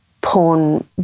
porn